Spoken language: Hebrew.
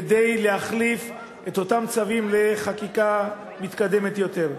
כדי להחליף את אותם צווים לחקיקה מתקדמת יותר.